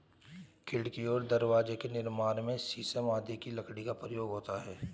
खिड़की और दरवाजे के निर्माण में शीशम आदि की लकड़ी का प्रयोग होता है